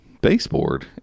baseboard